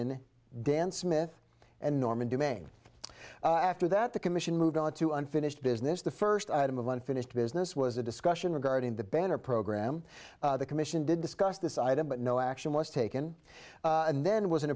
in dan smith and norman domain after that the commission moved on to unfinished business the first item of unfinished business was a discussion regarding the banner program the commission did discuss this item but no action was taken and then was